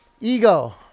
Ego